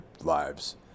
lives